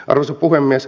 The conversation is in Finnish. arvoisa puhemies